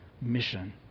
mission